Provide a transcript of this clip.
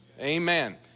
amen